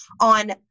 on